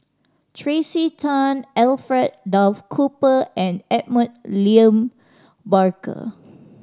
Tracey Tan Alfred Duff Cooper and Edmund William Barker